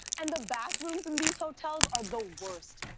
and the bathrooms in these hotels are the worst.